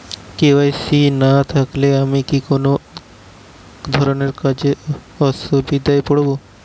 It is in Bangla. কে.ওয়াই.সি না থাকলে আমি কোন কোন ধরনের কাজে অসুবিধায় পড়ব?